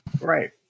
Right